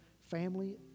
family